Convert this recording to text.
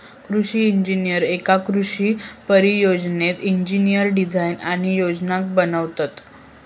कृषि इंजिनीयर एका कृषि परियोजनेत इंजिनियरिंग डिझाईन आणि योजना बनवतत